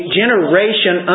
generation